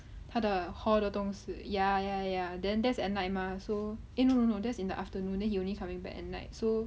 他的 hall 的东西 ya ya ya then that's at night mah so eh no no no that's in the afternoon then you only coming back at night so